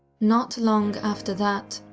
not long after that,